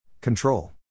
Control